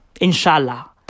Inshallah